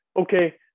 okay